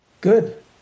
good